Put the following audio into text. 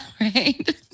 right